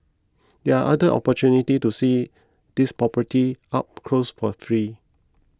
there are other opportunities to see these property up close for free